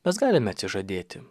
mes galime atsižadėti